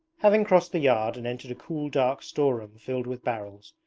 having crossed the yard and entered a cool dark storeroom filled with barrels,